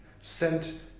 sent